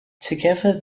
together